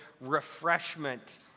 refreshment